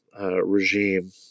Regime